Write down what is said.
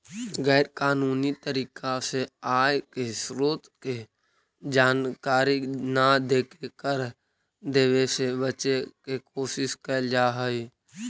गैर कानूनी तरीका से आय के स्रोत के जानकारी न देके कर देवे से बचे के कोशिश कैल जा हई